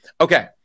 okay